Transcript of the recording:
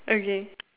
okay